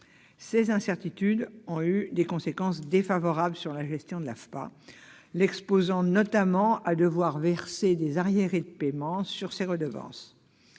Ces incertitudes ont eu des conséquences défavorables sur la gestion de l'AFPA, l'exposant notamment à devoir verser des arriérés de paiement sur ses redevances.